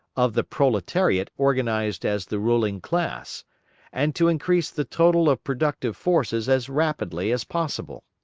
of the proletariat organised as the ruling class and to increase the total of productive forces as rapidly as possible.